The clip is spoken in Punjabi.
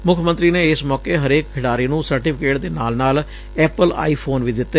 ਮੁੱਖ ਮੰਤਰੀ ਨੇ ਇਸ ਮੌਕੇ ਹਰੇਕ ਖਿਡਾਰੀ ਨੂੰ ਸਰਟੀਫੀਕੇਟ ਦੇ ਨਾਲ ਨਾਲ ਐਪਲ ਆਈ ਫੋਨ ਵੀ ਦਿੱਤੇ